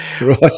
right